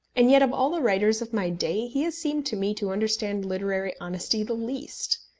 and yet of all the writers of my day he has seemed to me to understand literary honesty the least.